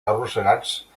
arrossegats